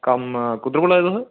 कम्म कुद्धर दा बोला दे तुस